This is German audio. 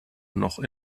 noch